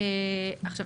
עכשיו,